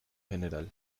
general